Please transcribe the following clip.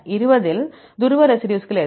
20 இல் துருவ ரெசிடியூஸ்கள் எது